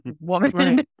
woman